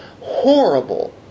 horrible